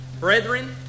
Brethren